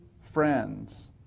friends